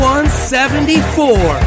174